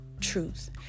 truth